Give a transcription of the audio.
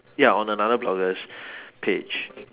ya on another blogger's page